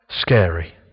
scary